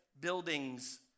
buildings